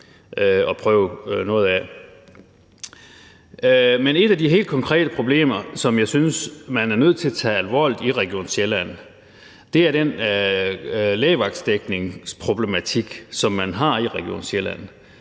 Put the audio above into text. et af de helt konkrete problemer, som jeg synes man er nødt til at tage alvorligt i Region Sjælland, er den lægevagtsdækningsproblematik, som man har i Region Sjælland.